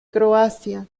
croacia